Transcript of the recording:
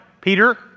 Peter